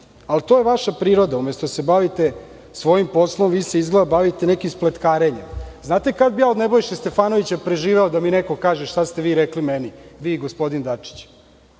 To je vaša priroda, da umesto da se bavite svojim poslom, vi se izgleda bavite nekim spletkarenjem. Znate kad bi ja od Nebojše Stefanovića preživeo da mi neko kaže šta ste vi rekli meni, vi i gospodin Dačić.